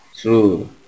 true